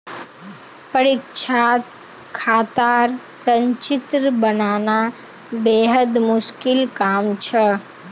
परीक्षात खातार संचित्र बनाना बेहद मुश्किल काम छ